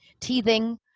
teething